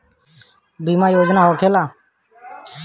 बीमा योजना का होखे ला?